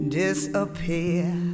disappear